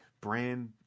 brand